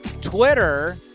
Twitter